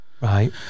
Right